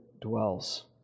dwells